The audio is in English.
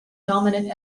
dominant